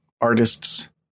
artists